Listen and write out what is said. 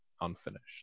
unfinished